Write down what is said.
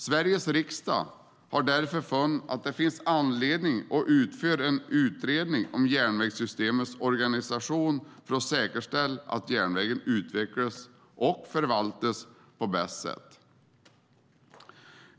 Sveriges riksdag har därför funnit att det finns anledning att utföra en utredning om järnvägssystemets organisation för att säkerställa att järnvägen utvecklas och förvaltas på bästa sätt.